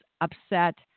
upset